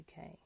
UK